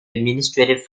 administrative